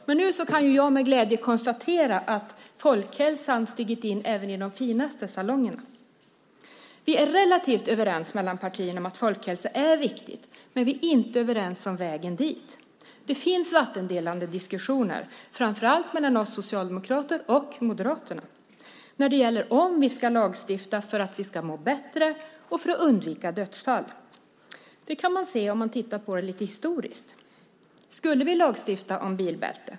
Men nu kan jag med glädje konstatera att folkhälsan stigit in även i de finaste salongerna. Vi är relativt överens mellan partierna om att folkhälsa är viktigt, men vi är inte överens om vägen dit. Det finns vattendelande diskussioner, framför allt mellan oss socialdemokrater och Moderaterna, när det gäller om vi ska lagstifta för att vi ska må bättre och för att undvika dödsfall. Det kan man se om man tittar på det lite historiskt. Skulle vi lagstifta om bilbälte?